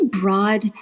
broad